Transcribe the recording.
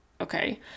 Okay